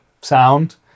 sound